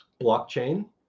blockchain